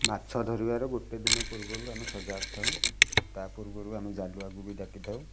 ମାଛ ଧରିବାର ଗୋଟେ ଦିନ ପୂର୍ବରୁ ଆମେ ସଜାଗ ଥାଉ ତା ପୂର୍ବରୁ ଆମେ ଜାଲୁଆକୁ ବି ଡାକିଥାଉ